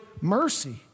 mercy